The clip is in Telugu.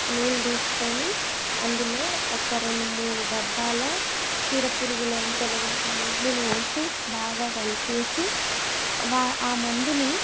నీళ్ళు తీసుకొని అందులో ఒక రెండు మూడు డబ్బాల చీడపురుగులను తొలగించే మందును పోసి బాగా కలిపేసి ఆ మందుని